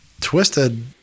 Twisted